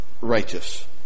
righteous